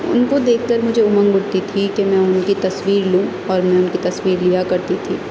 ان کو دیکھ کر مجھے امنگ اٹھتی تھی کہ میں ان کی تصویر لوں اور میں ان کی تصویر لیا کرتی تھی